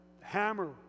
hammer